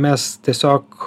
mes tiesiog